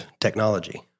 technology